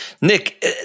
nick